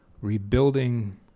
rebuilding